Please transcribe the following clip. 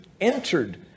entered